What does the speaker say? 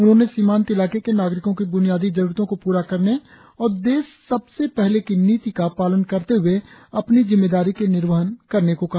उन्होंने सीमांत इलाके के नागरिकों की बुनियादी जरुरतों को पूरा करने और देश सबसे पहले की नीति का पालन करते हुए अपनी जिम्मेदारी के निर्वहन करने को कहा